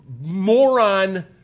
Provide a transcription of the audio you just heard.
moron